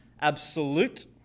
absolute